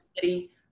city